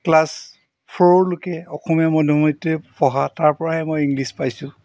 class ফ'ৰলৈকে অসমীয়া মধ্যমতে পঢ়া তাৰপৰাহে মই ইংলিছ পাইছোঁ